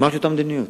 אותה מדיניות.